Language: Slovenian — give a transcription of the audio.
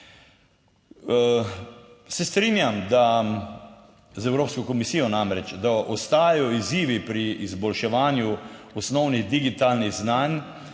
Se strinjam, da z Evropsko komisijo, namreč, da ostajajo izzivi pri izboljševanju osnovnih digitalnih znanj